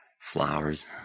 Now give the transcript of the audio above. flowers